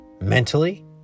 mentally